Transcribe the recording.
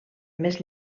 més